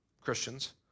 Christians